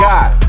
God